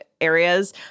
areas